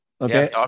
Okay